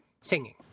Singing